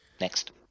Next